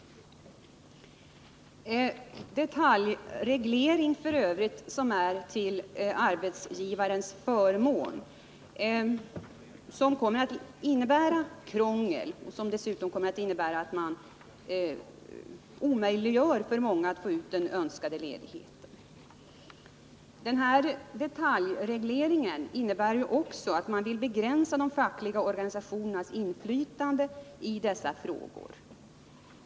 Vi har en detaljreglering f. ö. som är till arbetsgivarens förmån, som kommer att innebära krångel och som dessutom kommer att innebära att man omöjliggör för många att få ut den önskade ledigheten. Denna detaljreglering innebär också att man vill begränsa de fackliga organisationernas inflytande i dessa frågor.